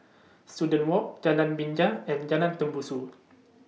Student Walk Jalan Binja and Jalan Tembusu